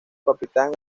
capitán